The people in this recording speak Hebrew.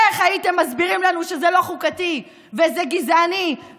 איך הייתם מסבירים לנו שזה לא חוקתי וזה גזעני,